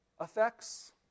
effects